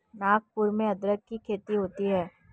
नागपुर में अदरक की खेती होती है